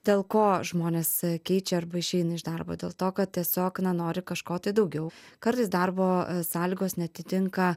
dėl ko žmonės keičia arba išeina iš darbo dėl to kad tiesiog na nori kažko tai daugiau kartais darbo sąlygos neatitinka